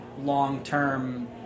long-term